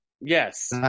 Yes